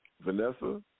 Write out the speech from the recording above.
Vanessa